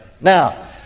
Now